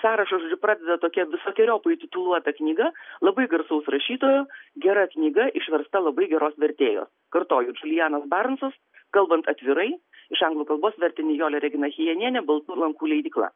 sąrašus pradeda tokie visokeriopai tituluota knyga labai garsaus rašytojo gera knyga išversta labai geros vertėjos kartoju džulijanas baronsas kalbant atvirai iš anglų kalbos vertė nijolė regina chijenienė baltų lankų leidykla